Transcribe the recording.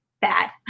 bad